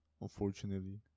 Unfortunately